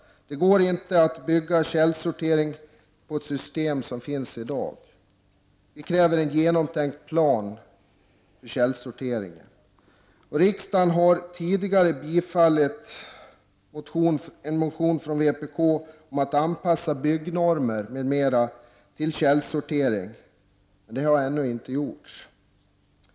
Det går inte att bygga källsorteringen på de system som finns i dag. Vi kräver därför en genomtänkt plan för källsortering. Riksdagen har tidigare bifallit en motion från vpk, där vi begär att man skall anpassa byggnormer m.m. till källsortering. Men detta har ännu inte gjorts.